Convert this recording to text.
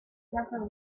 never